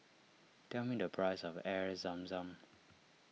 tell me the price of Air Zam Zam